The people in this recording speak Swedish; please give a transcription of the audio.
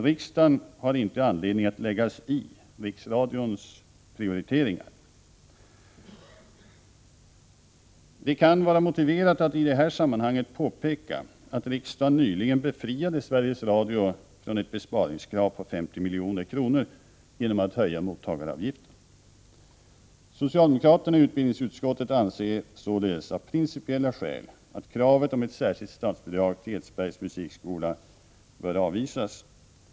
Riksdagen har inte anledning att lägga sig i riksradions prioriteringar. Det kan vara motiverat att i detta sammanhang påpeka att riksdagen nyligen befriade Sveriges Radio från ett besparingskrav på 50 milj.kr. genom att höja mottagaravgiften. Socialdemokraterna i utbildningsutskottet anser således av principiella skäl att kravet på ett särskilt statsbidrag till Edsbergs musikskola bör avvisas.